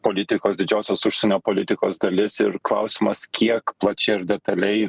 politikos didžiosios užsienio politikos dalis ir klausimas kiek plačiai ir detaliai